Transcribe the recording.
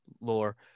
lore